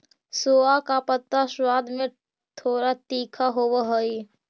सोआ का पत्ता स्वाद में थोड़ा तीखा होवअ हई